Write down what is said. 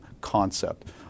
concept